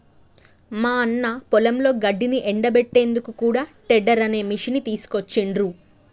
మా అన్న పొలంలో గడ్డిని ఎండపెట్టేందుకు కూడా టెడ్డర్ అనే మిషిని తీసుకొచ్చిండ్రు